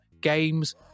games